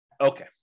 Okay